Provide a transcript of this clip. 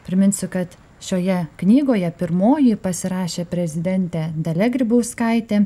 priminsiu kad šioje knygoje pirmoji pasirašė prezidentė dalia grybauskaitė